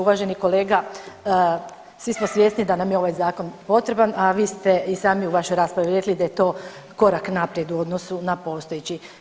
Uvaženi kolega, svi smo svjesni da nam je ovaj zakon potreban, a vi ste i sami u vašoj raspravi rekli da je to korak naprijed u odnosu na postojeći.